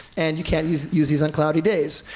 and you can't use use these on cloudy days.